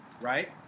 right